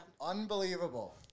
Unbelievable